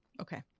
Okay